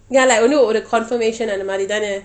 ya like இன்னும் ஒரு:innum oru confirmation தானே:thaanei